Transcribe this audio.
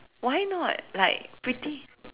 why not like pretty